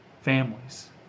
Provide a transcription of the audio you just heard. families